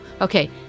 okay